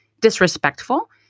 disrespectful